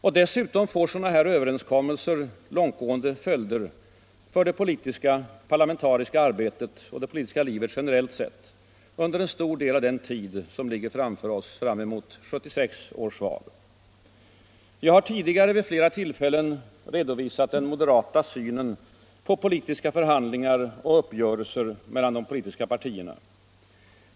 Och dessutom får sådana här överenskommelser långtgående följder för det parlamentariska arbetet och det politiska livet generellt sett under en stor del av den tid som ligger framför oss intill 1976 års val. Jag har tidigare vid flera tillfällen redovisat den moderata synen på politiska förhandlingar och uppgörelser mellan de politiska partierna.